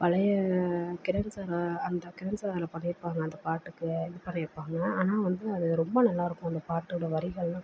பழைய கிரண் சாரு அந்த கிரண் சாரு அதில் பண்ணிருப்பாங்க அந்த பாட்டுக்கு இது பண்ணிருப்பாங்க ஆனால் வந்து அது ரொம்ப நல்லாயிருக்கும் அந்த பாட்டோடய வரிகள்லாம்